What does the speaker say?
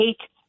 hate